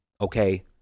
okay